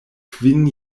kvin